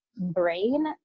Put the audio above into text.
brain